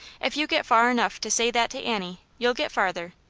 if you get far enough to say that to annie, you'll get farther.